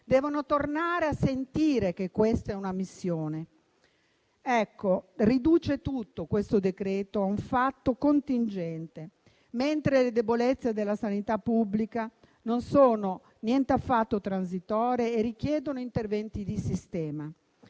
Devono tornare a sentire che la loro è una missione. Questo decreto-legge riduce tutto a un fatto contingente, mentre le debolezze della sanità pubblica non sono niente affatto transitorie e richiedono interventi di sistema.